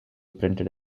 printed